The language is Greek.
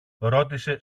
ρώτησε